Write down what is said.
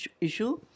issue